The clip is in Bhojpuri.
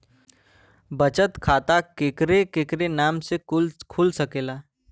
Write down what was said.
बचत खाता केकरे केकरे नाम से कुल सकेला